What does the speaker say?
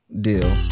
deal